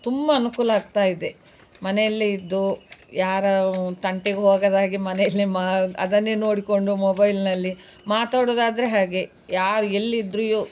ತುಂಬ ಅನುಕೂಲ ಆಗ್ತಾ ಇದೆ ಮನೆಯಲ್ಲೆ ಇದ್ದು ಯಾರ ತಂಟೆಗು ಹೋಗದಾಗೆ ಮನೆಯಲ್ಲೆ ಮಾ ಅದನ್ನೆ ನೋಡಿಕೊಂಡು ಮೊಬೈಲಿನಲ್ಲಿ ಮಾತಾಡೋದಾದರೆ ಹಾಗೆ ಯಾರು ಎಲ್ಲಿದ್ರೂ